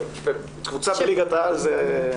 קבוצה בליגת העל זה חתיכת מערך.